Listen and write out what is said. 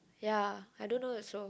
ya I don't know also